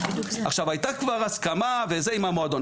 הייתה כבר הסכמה עם המועדון,